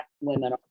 women